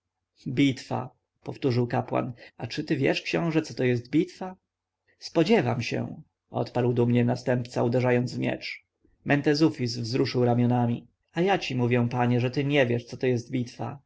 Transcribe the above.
bitwa powtórzył kapłan a czy wiesz książę co to jest bitwa spodziewam się odparł dumnie następca uderzając w miecz mentezufis wzruszył ramionami a ja ci mówię panie że ty nie wiesz co to jest bitwa